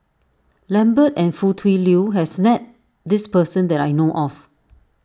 Lambert and Foo Tui Liew has met this person that I know of